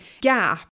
gap